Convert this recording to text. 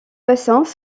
bassins